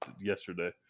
yesterday